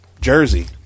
Jersey